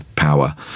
Power